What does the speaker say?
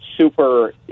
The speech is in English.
super